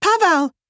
Pavel